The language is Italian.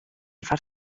far